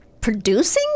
producing